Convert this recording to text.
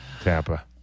Tampa